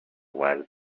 while